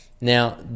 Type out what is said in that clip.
Now